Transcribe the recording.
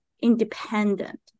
independent